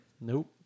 Nope